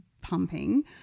pumping